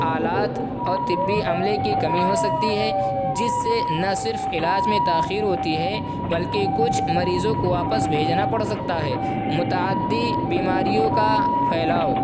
آلات اور طبی عملے کی کمی ہو سکتی ہے جس سے نہ صرف علاج میں تاخیر ہوتی ہے بلکہ کچھ مریضوں کو واپس بھیجنا پڑ سکتا ہے متعدی بیماریوں کا پھیلاؤ